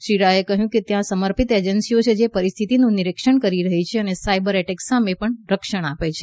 શ્રી રાયે કહ્યું કે ત્યાં સમર્પિત એજન્સીઓ છે જે પરિસ્થિતિનું નિરીક્ષણ કરી રહી છે અને સાયબર એટેક સામે પણ રક્ષણ આપે છે